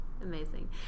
Amazing